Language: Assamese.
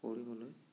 কৰিবলৈ